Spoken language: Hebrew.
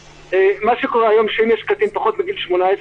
מה שקורה היום שאם יש קטין פחות מגיל 18,